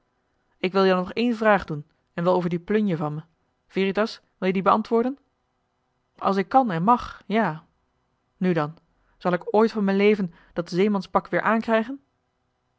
ik wil je dan nog één vraag doen en wel over die plunje van me veritas wil-je die beantwoorden als ik kan en mag ja nu dan zal ik ooit van m'n leven dat zeemanspak weer aankrijgen